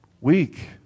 weak